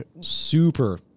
super